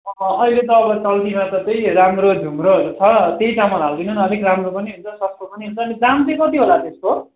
तल अहिले त अब चलतीमा त त्यही राम्रो झुम्रोहरू छ त्यही चामल हालिदिनु न अलिक राम्रो पनि हुन्छ सस्तो पनि हुन्छ अनि दाम चाहिँ कति होला त्यसको